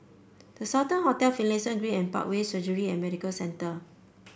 The Sultan Hotel Finlayson Green and Parkway Surgery and Medical Centre